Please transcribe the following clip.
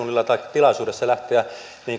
tilaisuudessa lähteä